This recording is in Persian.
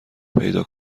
پیدا